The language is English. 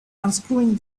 unscrewing